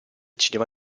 cinema